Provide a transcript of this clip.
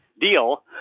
deal